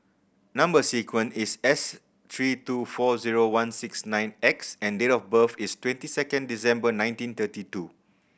number sequence is S three two four zero one six nine X and date of birth is twenty second December nineteen thirty two